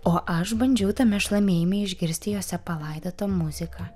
o aš bandžiau tame šlamėjime išgirsti jose palaidotą muziką